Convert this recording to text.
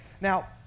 Now